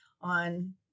on